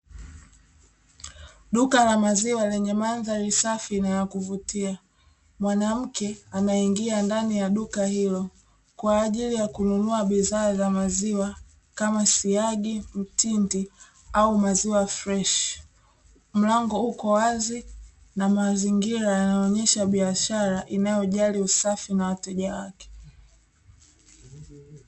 Duka la maziwa lenye mandhari safi na kuvutia, mwanamke anayeingia ndani ya duka hilo kwa ajili ya kununua bidhaa za maziwa kama: siagi, mtindi au maziwa freshi, mlango uko wazi na mazingira yanaonyesha biashara inayojali usafi na wateja wake.